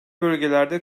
bölgelerde